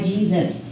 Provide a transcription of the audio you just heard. Jesus